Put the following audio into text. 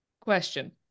Question